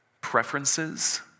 preferences